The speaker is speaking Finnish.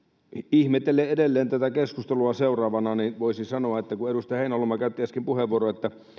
ihmettelen edelleen tätä keskustelua seuraavana kun edustaja heinäluoma käytti äsken puheenvuoron että